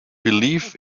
believe